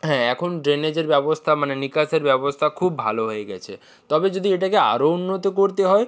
হ্যাঁ এখন ড্রেনেজের ব্যবস্থা মানে নিকাশের ব্যবস্থা খুব ভালো হয়ে গেছে তবে যদি এটাকে আরও উন্নত করতে হয়